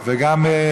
אין.